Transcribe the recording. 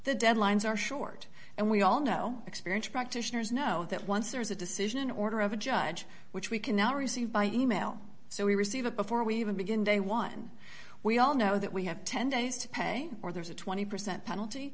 the deadlines are short and we all know experience practitioners know that once there's a decision in order of a judge which we cannot receive by email so we receive it before we even begin day one we all know that we have ten days to pay or there's a twenty percent penalty